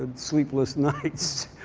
and sleepless nights,